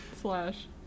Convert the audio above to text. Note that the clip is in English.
Slash